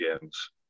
games